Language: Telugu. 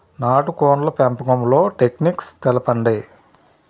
నాటుకోడ్ల పెంపకంలో టెక్నిక్స్ తెలుపండి?